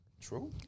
True